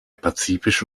pazifische